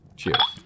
cheers